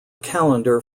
calendar